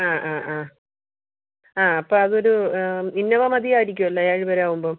അ ആ ആ ആ അപ്പം അതൊരു ഇന്നോവ മതി ആയിരിക്കുമല്ലൊ ഏഴ് പേഴ് ആകുമ്പം